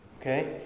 Okay